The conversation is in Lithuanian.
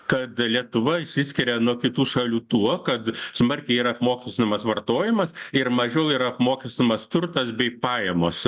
kada lietuva išsiskiria nuo kitų šalių tuo kad smarkiai yra apmokestinamas vartojimas ir mažiau yra apmokestinamas turtas bei pajamos